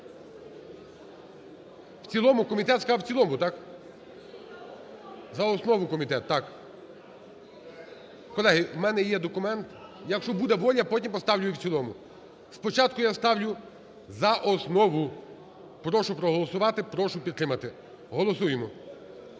В цілому? Комітет сказав, в цілому, так? За основу комітет, так. Колеги, в мене є документ… Якщо буде воля, потім поставлю і в цілому. Спочатку я ставлю за основу. Прошу проголосувати, прошу підтримати. Голосуємо.